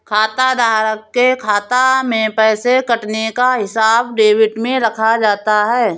खाताधारक के खाता से पैसे कटने का हिसाब डेबिट में रखा जाता है